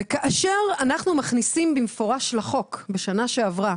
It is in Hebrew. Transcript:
כאשר אנחנו מכניסים במפורש לחוק בשנה שעברה